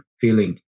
feeling